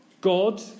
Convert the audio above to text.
God